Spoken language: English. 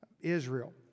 Israel